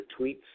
tweets